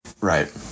Right